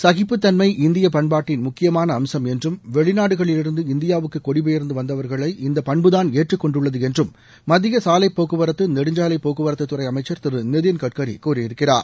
சகிப்பு தன்மை இந்திய பண்பாட்டின் முக்கியமான வெளிநாடுகளிலிருந்து இந்தியாவுக்கு குடிபெயர்ந்து வந்தவர்களை இந்த பண்புதான் ஏற்றுக்கொண்டுள்ளது என்றும் மத்திய சாலைபோக்குவரத்து நெடுஞ்சாலை போக்குவரத்துறை அமைச்சர் திரு நிதின்கட்கரி கூறியிருக்கிறார்